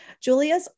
Julia